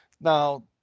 Now